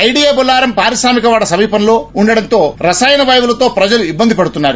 IDA Bollaram పారిశ్రామిక వాడ సమీపంలో ఉండటంతో రసాయన వాయువులతో ప్రజలు ఇబ్బందిపడుతున్నారు